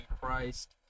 Christ